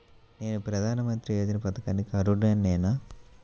నేను ప్రధాని మంత్రి యోజన పథకానికి అర్హుడ నేన?